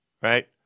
right